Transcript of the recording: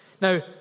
now